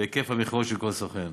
להיקף המכירות של כל סוכן.